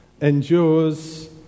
endures